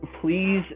please